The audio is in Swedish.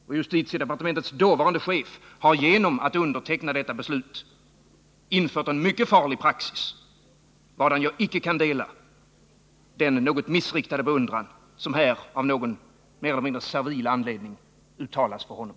Och justitiedepartementets dåvarande chef har genom att underteckna detta beslut infört en mycket farlig praxis, vadan jag icke kan dela den något missriktade beundran som här av någon mer eller mindre servil anledning uttalas för honom.